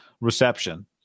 reception